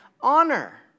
honor